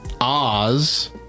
Oz